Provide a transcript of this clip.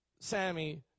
Sammy